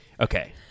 okay